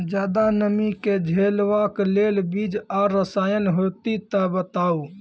ज्यादा नमी के झेलवाक लेल बीज आर रसायन होति तऽ बताऊ?